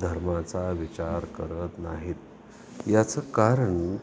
धर्माचा विचार करत नाहीत याचं कारण